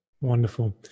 Wonderful